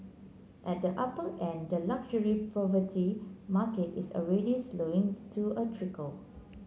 at the upper end the luxury property market is already slowing to a trickle